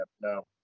no